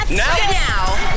now